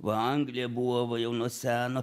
va anglija buvo va jau nuo seno